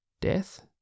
death